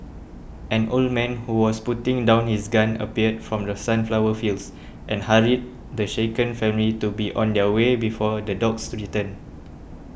an old man who was putting down his gun appeared from the sunflower fields and hurried the shaken family to be on their way before the dogs return